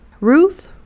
Ruth